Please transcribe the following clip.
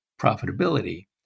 profitability